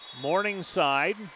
Morningside